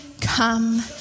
come